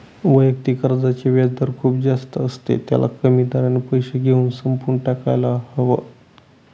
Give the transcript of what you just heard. वैयक्तिक कर्जाचे व्याजदर खूप जास्त असते, त्याला कमी दराने पैसे घेऊन संपवून टाकायला हव